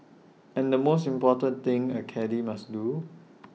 and the most important thing A caddie must do